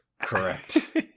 correct